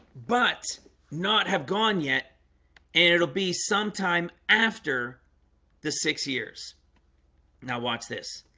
but not have gone yet and it'll be sometime after the six years now watch this